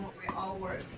we all work,